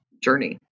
journey